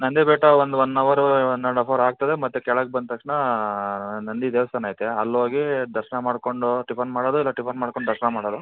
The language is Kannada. ನಂದಿ ಬೆಟ್ಟ ಒಂದು one hour one and half hour ಆಗ್ತದೆ ಮತ್ತೆ ಕೆಳಗೆ ಬಂದ ತಕ್ಷಣ ನಂದಿ ದೇವಸ್ಥಾನ ಐತೆ ಅಲ್ಹೋಗಿ ದರ್ಶನ ಮಾಡಿಕೊಂಡು ಟಿಫನ್ ಮಾಡೋದು ಇಲ್ಲ ಟಿಫನ್ ಮಾಡಿಕೊಂಡು ದರ್ಶನ ಮಾಡೋದು